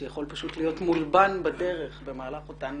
שיכול פשוט להיות מולבן בדרך במהלך אותן